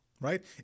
right